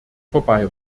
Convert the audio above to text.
vorbei